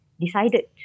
decided